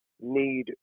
need